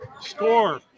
Score